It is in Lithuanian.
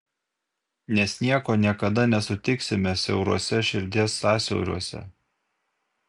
nes nieko niekada nesutiksime siauruose širdies sąsiauriuose